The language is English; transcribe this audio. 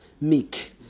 meek